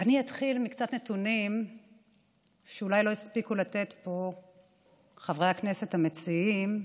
אני אתחיל מקצת נתונים שאולי לא הספיקו לתת פה חברי הכנסת המציעים,